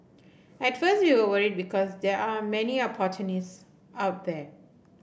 at first we were worried because there are many opportunists out there